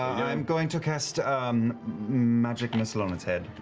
i'm going to cast um magic missile on its head.